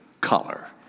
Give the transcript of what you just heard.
color